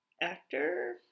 actor